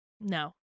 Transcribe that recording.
No